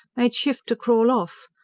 made shift to crawl off,